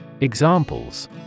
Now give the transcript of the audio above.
Examples